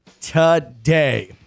today